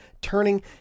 turning